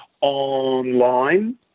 online